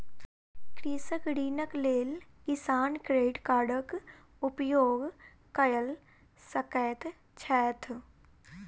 कृषक ऋणक लेल किसान क्रेडिट कार्डक उपयोग कय सकैत छैथ